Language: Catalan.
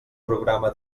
programa